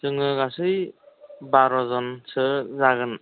जोङो गासै बार'जनसो जागोन